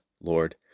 Lord